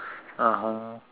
(uh huh)